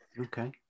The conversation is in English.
Okay